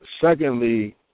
Secondly